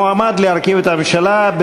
המועמד להרכיב את הממשלה,